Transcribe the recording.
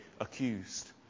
accused